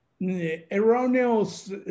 erroneous